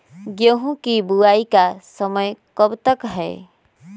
गेंहू की बुवाई का समय कब तक है?